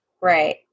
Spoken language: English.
Right